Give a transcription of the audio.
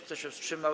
Kto się wstrzymał?